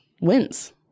wins